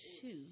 two